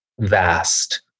vast